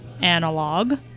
analog